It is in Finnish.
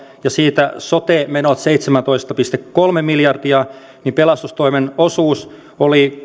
ja siitä sote menot seitsemäntoista pilkku kolme miljardia niin pelastustoimen osuus oli